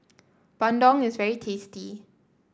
Bandung is very tasty